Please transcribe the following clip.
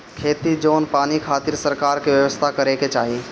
खेती जोग पानी खातिर सरकार के व्यवस्था करे के चाही